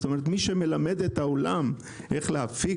זאת אומרת מי שמלמד את העולם איך להפיק